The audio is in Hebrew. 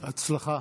בהצלחה.